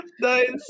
Nice